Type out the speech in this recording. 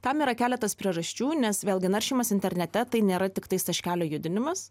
tam yra keletas priežasčių nes vėlgi naršymas internete tai nėra tiktais taškelių judinimas